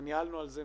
הרי ניהלנו על זה,